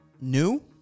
New